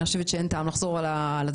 אני חושבת שאין טעם לחזור על הדברים,